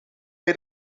bij